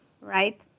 Right